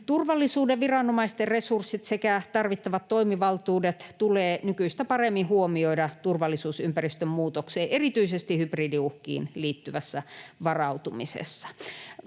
turvallisuuden viranomaisten resurssit sekä tarvittavat toimivaltuudet tulee nykyistä paremmin huomioida turvallisuusympäristön muutokseen ja erityisesti hybridiuhkiin liittyvässä varautumisessa.